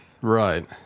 Right